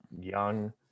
young